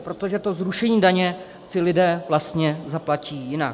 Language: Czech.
Protože to zrušení daně si lidé vlastně zaplatí jinak.